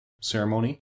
ceremony